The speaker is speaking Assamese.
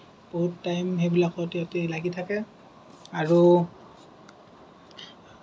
বহুত টাইম সেইবিলাকত সিহঁতে লাগি থাকে আৰু